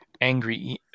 angry